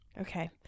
Okay